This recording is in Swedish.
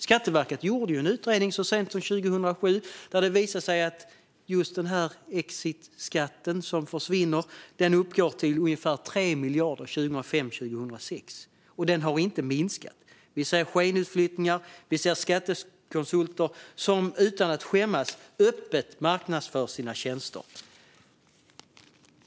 Skatteverket gjorde ju en utredning så sent som 2007, där det visade sig att exitskatten som försvinner uppgick till ungefär 3 miljarder 2005 och 2006. Och det har inte minskat - vi ser skenutflyttningar, och vi ser skattekonsulter som utan att skämmas öppet marknadsför sina tjänster.